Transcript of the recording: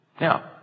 Now